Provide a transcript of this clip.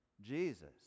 Jesus